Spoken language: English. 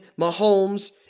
Mahomes